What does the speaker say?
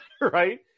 right